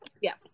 Yes